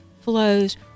flows